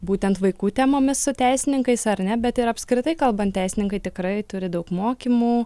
būtent vaikų temomis su teisininkais ar ne bet ir apskritai kalbant teisininkai tikrai turi daug mokymų